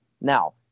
Now